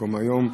במקום היום.